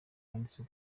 yanditse